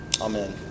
Amen